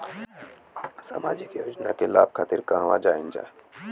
सामाजिक योजना के लाभ खातिर कहवा जाई जा?